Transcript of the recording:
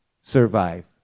survive